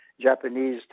Japanese